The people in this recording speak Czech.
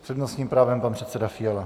S přednostním právem pan předseda Fiala.